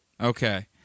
Okay